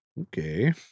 okay